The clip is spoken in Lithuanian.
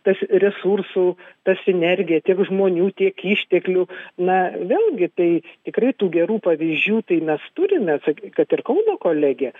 tas resursų ta sinergija tiek žmonių tiek išteklių na vėlgi tai tikrai tų gerų pavyzdžių tai mes turime atsaky kad ir kauno kolegija